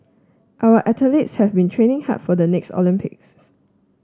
our athletes have been training hard for the next Olympics